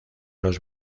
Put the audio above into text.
los